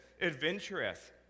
adventurous